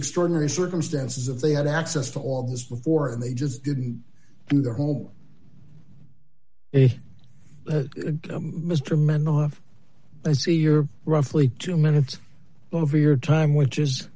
extraordinary circumstances of they had access to all this before and they just didn't in their home and mr mendeloff i see your roughly two minutes of your time which is